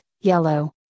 yellow